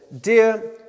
Dear